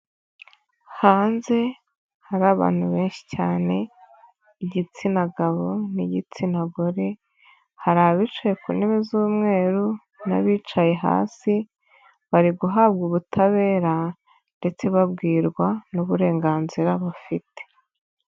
Hanze hari abantu benshi cyane, igitsina gabo n'igitsina gore, hari abicaye ku ntebe z'umweru n'abicaye hasi, bari guhabwa ubutabera ndetse babwirwa n'uburenganzira bafite.